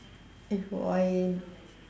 is why